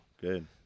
Good